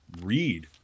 read